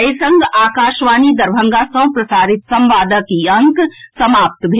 एहि संग आकाशवाणी दरभंगा सँ प्रसारित संवादक ई अंक समाप्त भेल